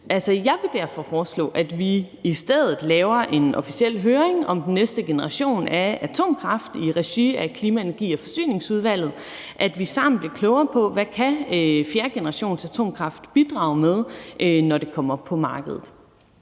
Jeg vil derfor foreslå, at vi i stedet laver en høring om den næste generation af atomkraft i regi af Klima-, Energi- og Forsyningsudvalget, og at vi sammen bliver klogere på, hvad fjerdegenerationsatomkraft kan bidrage med, når det kommer på markedet.